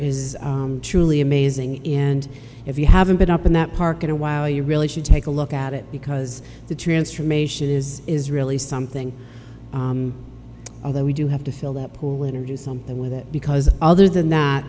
is truly amazing and if you haven't been up in that park in a while you really should take a look at it because the transformation is is really something although we do have to feel that pool interview something with it because other than that